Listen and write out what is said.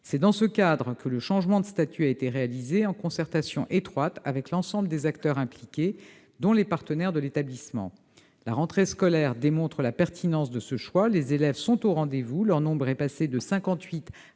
C'est dans ce cadre que le changement de statut a été réalisé, en concertation étroite avec l'ensemble des acteurs impliqués, dont les partenaires de l'établissement. La rentrée scolaire démontre la pertinence de ce choix : les élèves sont au rendez-vous, leur nombre est passé de